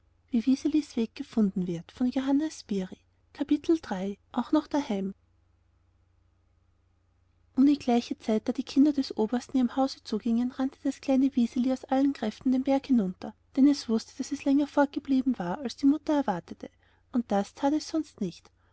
um die gleiche zeit da die kinder des obersten ihrem hause zugingen rannte das kleine wiseli aus allen kräften den berg hinunter denn es wußte daß es länger fortgeblieben war als die mutter erwartete und das tat es sonst nicht